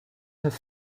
have